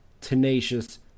tenacious